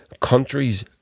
countries